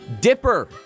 Dipper